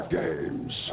games